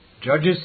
Judges